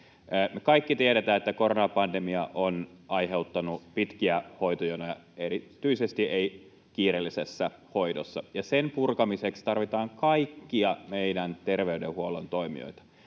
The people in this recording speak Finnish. kaikki tiedetään, että koronapandemia on aiheuttanut pitkiä hoitojonoja, erityisesti ei-kiireellisessä hoidossa, ja niiden purkamiseksi tarvitaan kaikkia meidän terveydenhuollon toimijoita,